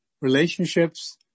relationships